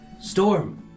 Storm